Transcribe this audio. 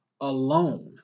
alone